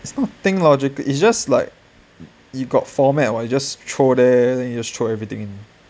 is not think logically what is just like you got format then you just throw there just throw everything